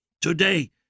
Today